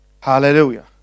Hallelujah